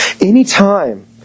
Anytime